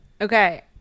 Okay